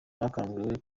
bakanguriwe